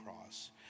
cross